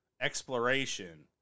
exploration